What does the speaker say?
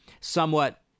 somewhat